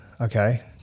okay